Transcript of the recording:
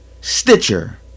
Stitcher